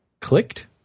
clicked